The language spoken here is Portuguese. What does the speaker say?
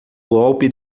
golpe